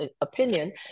opinion